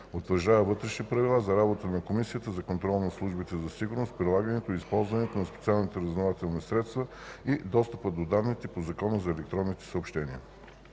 Утвърждава Вътрешни правила за работата на Комисията за контрол над службите за сигурност, прилагането и използването на специалните разузнавателни средства и достъпа до данните по Закона за електронните съобщения.”